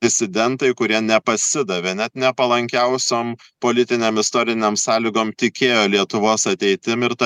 disidentai kurie nepasidavė net nepalankiausiom politinėm istorinėm sąlygom tikėjo lietuvos ateitim ir ta